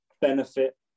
benefit